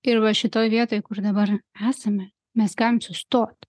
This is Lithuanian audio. ir va šitoj vietoj kur dabar esame mes galim sustot